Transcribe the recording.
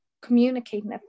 communicating